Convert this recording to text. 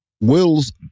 wills